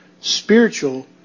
spiritual